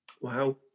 Wow